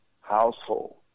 Household